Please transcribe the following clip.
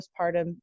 postpartum